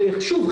שוב,